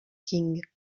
king